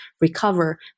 recover